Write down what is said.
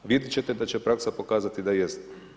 Vidjeti ćete da će praksa pokazati da jest.